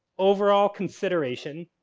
overall consideration,